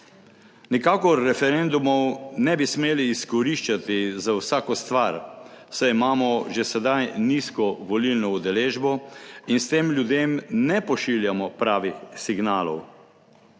Nikakor referendumov ne bi smeli izkoriščati za vsako stvar, saj imamo že sedaj nizko volilno udeležbo in s tem ljudem ne pošiljamo pravih signalov.